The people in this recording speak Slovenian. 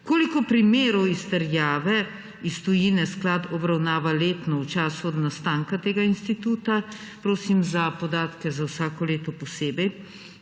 Koliko primerov izterjave iz tujine Sklad obravnava letno v času od nastanka tega instituta? Prosim za podatke za vsako leto posebej.